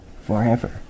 forever